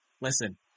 Listen